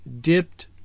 dipped